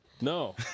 No